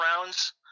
rounds